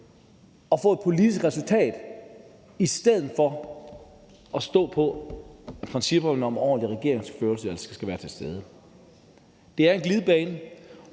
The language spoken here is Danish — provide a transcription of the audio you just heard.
at få et politisk resultat i stedet for at stå på principperne om, at ordentlig regeringsførelse skal være til stede. Det er en glidebane,